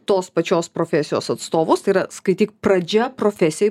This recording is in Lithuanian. tos pačios profesijos atstovus tai yra skaityk pradžia profesijai